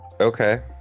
Okay